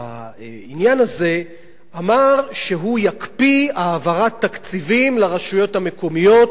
אמר שהוא יקפיא העברת תקציבים לרשויות המקומיות שבהן שוררת האפליה.